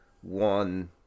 one